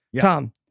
Tom